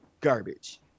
garbage